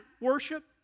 worship